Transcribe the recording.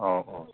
ꯑꯣ ꯑꯣ